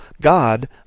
God